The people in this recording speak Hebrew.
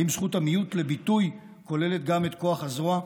האם זכות המיעוט לביטוי כוללת גם את כוח הזרוע?